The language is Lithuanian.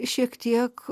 šiek tiek